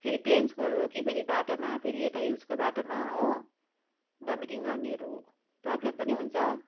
फेरि प्लेन्सकोहरू हो कि फेरि बाटोमा फेरि यता हिल्सको बाटोमा हो भमिटिङ गर्नेहरू प्रब्लम पनि हुन्छ